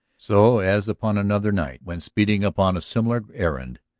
so, as upon another night when speeding upon a similar errand,